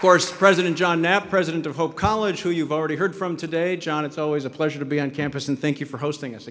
forest president john knapp president of hope college who you've already heard from today john it's always a pleasure to be on campus and thank you for hosting